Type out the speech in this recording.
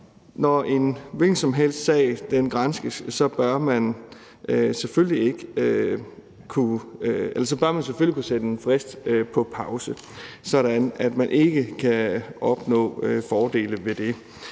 Når en hvilken som helst sag granskes, bør man selvfølgelig kunne sætte en frist på pause, sådan at man ikke kan opnå fordele ved